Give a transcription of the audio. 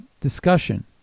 discussion